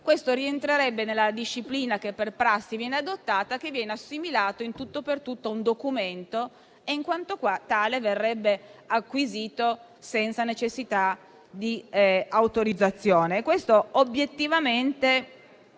privato, rientrerebbe nella disciplina che per prassi viene adottata e viene assimilato in tutto e per tutto a un documento e, in quanto tale, verrebbe acquisito senza necessità di autorizzazione.